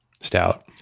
stout